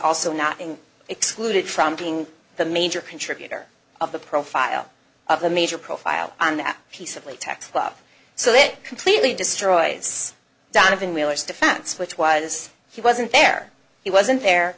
also not being excluded from being the major contributor of the profile of the major profile on the piece of latex up so it completely destroys donovan wheeler's defense which was he wasn't there he wasn't there